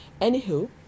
Anywho